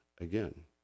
again